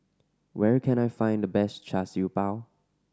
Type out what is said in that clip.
where can I find the best Char Siew Bao